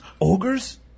Ogres